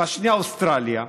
והשנייה אוסטרליה,